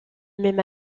même